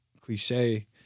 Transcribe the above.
cliche